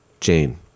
Jane